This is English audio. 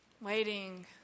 Waiting